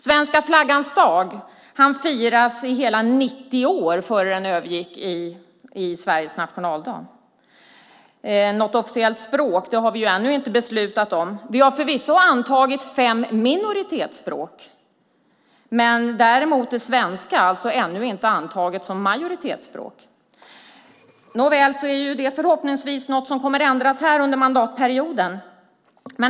Svenska flaggans dag hann firas i hela 90 år innan den övergick i Sveriges nationaldag. Något officiellt språk har vi ännu inte beslutat om. Vi har förvisso antagit fem minoritetsspråk, men svenska är ännu inte antaget som majoritetsspråk. Nåväl, det kommer förhoppningsvis att ändras under denna mandatperiod.